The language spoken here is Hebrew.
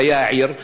בחיי העיר,